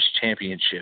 championship